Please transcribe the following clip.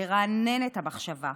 לרענן את המחשבה,